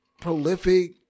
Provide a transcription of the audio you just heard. prolific